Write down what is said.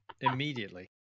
immediately